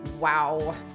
Wow